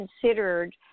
considered